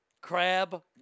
Crab